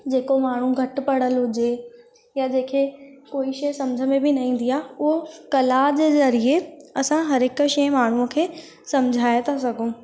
जेको माण्हू घटि पढ़ियलु हुजे या जंहिंखें कोई शइ सम्झ में न ईंदी आहे उहो कला जे ज़रिए असां हर हिकु शइ माण्हूअ खे सम्झाए था सघूं